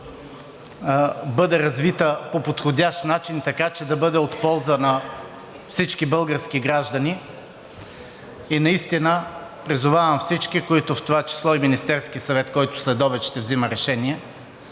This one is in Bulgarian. бъде развита по подходящ начин, така че да бъде от полза на всички български граждани. И наистина призовавам всички, в това число и Министерския съвет, който следобед ще взима решение,